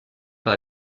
par